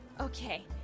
Okay